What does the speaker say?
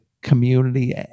community